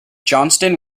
johnston